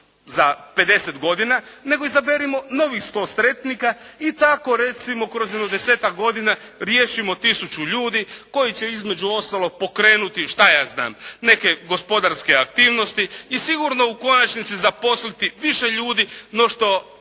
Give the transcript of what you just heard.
za 50 godina, nego izaberimo novih 100 sretnika i tako recimo kroz jedno 10-tak godina riješimo tisuću ljudi koji će između ostalog pokrenuti šta ja znam neke gospodarske aktivnosti i sigurno u konačnici zaposliti više ljudi no što